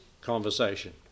conversation